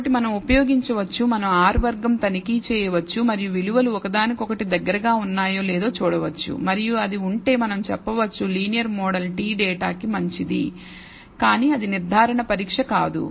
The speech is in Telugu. కాబట్టి మనం ఉపయోగించవచ్చుమనం R వర్గం తనిఖీ చేయవచ్చు మరియు విలువలు ఒకదానికి దగ్గరగా ఉన్నాయో లేదో చూడవచ్చు మరియు అది ఉంటే మనం చెప్పవచ్చు లీనియర్ మోడల్ t డేటా కి మంచిది కానీ అది నిర్ధారణ పరీక్ష కాదు